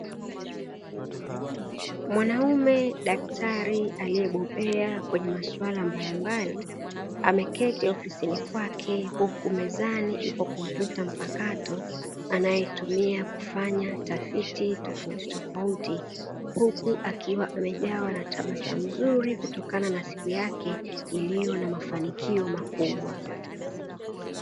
Mwanaume daktari aliyebobea kwenye maswala mbalimbali, ameketi ofisini kwake huku mezani ipo kompyuta mpakato anayoitumia kufanya tafiti tofauti tofauti, huku akiwa amejaa na tabasamu nzuri kutokana na siku yake iliyo na mafanikio makubwa.